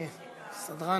31 תומכים,